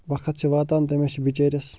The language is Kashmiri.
وقت چھِ واتان تٔمِس چھِ بِچٲرِس